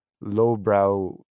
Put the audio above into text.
lowbrow